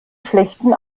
schlechten